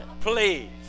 please